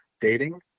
dating